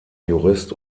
jurist